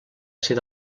ser